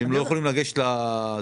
והם לא יכולים לגשת לזה.